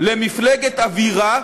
למפלגת אווירה,